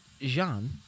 Jean